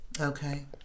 Okay